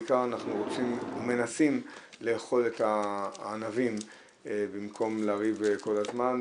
בעיקר אנחנו מנסים לאכול את הענבים במקום לריב כל הזמן,